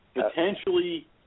Potentially